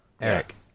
eric